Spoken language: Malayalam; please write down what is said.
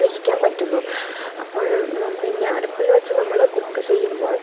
രുചിക്കാൻ പറ്റുന്നു അപ്പോഴ് പിന്നെ അടുപ്പിൽ വെച്ച് നമ്മൾ കുക്ക് ചെയ്യുമ്പോൾ